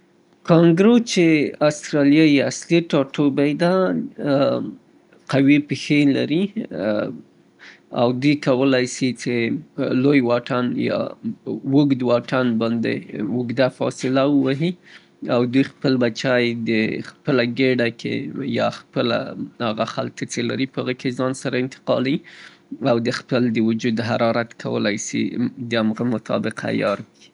کانګرو چې اسټراليا يې اصلي ټاټوبی ده قوي پښې لري او دوی کولای سي څې لوی واټن يا اوږد واټن باندې اوږده فاصله ووهي او دوی خپل بچی د خپله ګېډه کې يا خپله اغه خلطه څې لري هغې کې يې ځان سره انتقاله يي او د خپل د وجود حرارت کولای سي د همغه مطابق عيار کي.